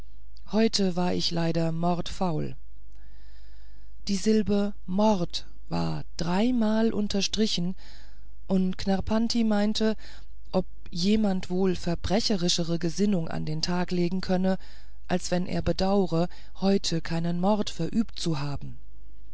heute war ich leider mordfaul die silbe mord war dreimal unterstrichen und knarrpanti meinte ob jemand wohl verbrecherischere gesinnungen an den tag legen könne als wenn er bedauere heute keinen mord verübt zu haben